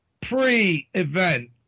pre-event